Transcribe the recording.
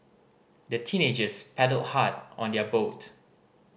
the teenagers paddled hard on their boat